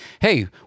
hey